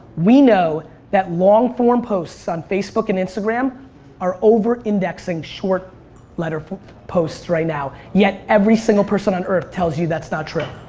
we know that long form post on facebook and instagram are over-indexing short letter posts right now yet every single person on earth tells you that's not true.